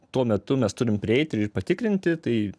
tuo metu mes turim prieiti ir patikrinti tai